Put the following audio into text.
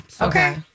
Okay